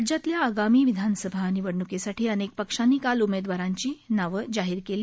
राज्यातल्या आगामी विधानसभा निवडणुकीसाठी अनेक पक्षांनी काल उमेदवारांची नावं जाहीर केली